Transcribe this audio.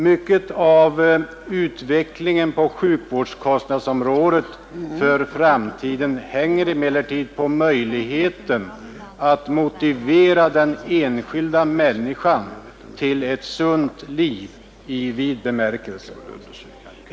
Mycket av utvecklingen på sjukvårdskostnadsområdet i framtiden hänger emellertid på möjligheten att motivera den enskilda människan till ett sunt liv i vid bemärkelse.